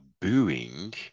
booing